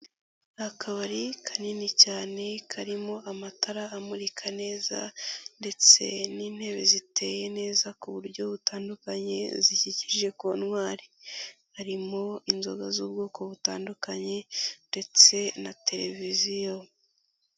Akabari kanini cyane karimo amatara amurika neza, ndetse n'intebe ziteye neza ku buryo butandukanye zikikije kontwari, harimo inzoga z'ubwoko butandukanye ndetse na televiziyo.